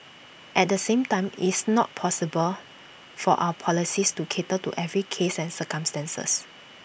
at the same time it's not possible for our policies to cater to every case and circumstances